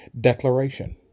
declaration